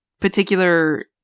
particular